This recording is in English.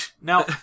Now